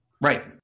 Right